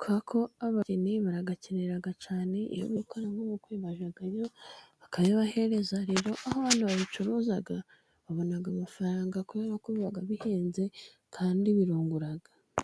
kubera ko abageni barayakenera cyane, iyo bari gukora nk'ubukwe bajyayo bakayabaha, rero aho abantu babicuruza babona amafaranga kubera ko biba bihenze kandi birungura.